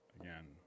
again